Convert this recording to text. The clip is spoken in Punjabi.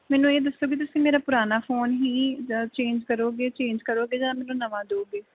ਮੈਨੂੰ ਇਹ ਦੱਸਿਓ ਵੀ ਤੁਸੀਂ ਮੇਰਾ ਪੁਰਾਣਾ ਫੋਨ ਹੀ ਜ ਚੇਂਜ ਕਰੋਗੇ ਚੇਂਜ ਕਰੋਗੇ ਜਾਂ ਮੈਨੂੰ ਨਵਾਂ ਦਓਗੇ